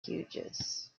hughes